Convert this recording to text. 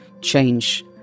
change